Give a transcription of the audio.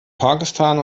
pakistan